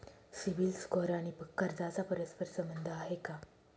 CIBIL score आणि कर्जाचा परस्पर संबंध आहे का?